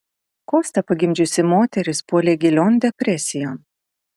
kostą pagimdžiusi moteris puolė gilion depresijon